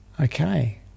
Okay